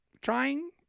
Trying